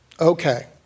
Okay